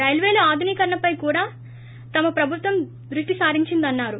రైల్వేల ఆధునీకరణపై కూడా తమ ప్రభుత్వం దృష్టి సారించిందని అన్నారు